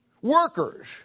Workers